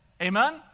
amen